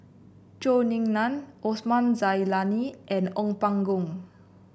Zhou Ying Nan Osman Zailani and Ong Pang Boon